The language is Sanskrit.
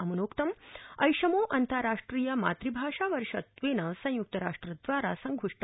अम्नोक्तं ऐषमो अन्तार्राष्ट्रिय मातृभाषा वर्षत्वेन संयुक्त राष्ट्रद्वारा संघुष्ट